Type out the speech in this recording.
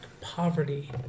poverty